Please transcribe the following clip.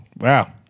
Wow